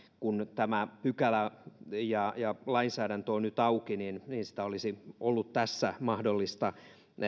kun tämä pykälä ja ja lainsäädäntö ovat nyt auki niin sitä olisi ollut tässä mahdollista